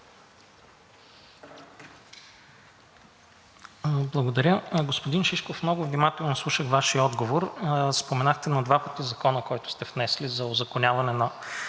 Благодаря. Господин Шишков, много внимателно слушах Вашия отговор. Споменахте на два пъти Закона, който сте внесли, за узаконяване на